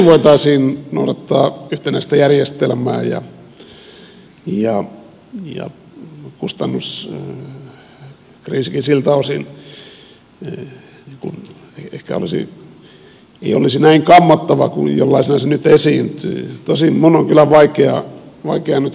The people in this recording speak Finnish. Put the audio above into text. voitaisiin noudattaa yhtenäistä järjestelmää ja kustannusriski siltä osin ei ehkä olisi näin kammottava kuin jollaisena se nyt esiintyy